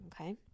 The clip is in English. okay